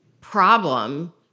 problem